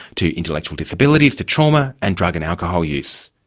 to intellectual disabilities, to trauma and drug and alcohol use.